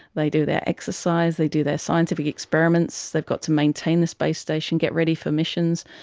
they do their exercise, they do their scientific experiments, they've got to maintain the space station, get ready for missions,